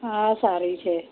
હા સારી છે